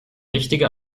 richtige